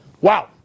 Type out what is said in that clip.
Wow